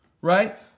right